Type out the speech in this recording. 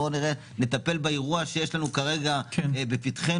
בוא נטפל באירוע שיש לנו כרגע בפתחנו,